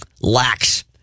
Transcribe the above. lacks